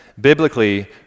Biblically